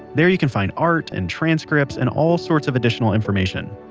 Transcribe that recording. there you can find art, and transcripts, and all sorts of additional information.